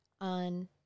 on